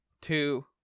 two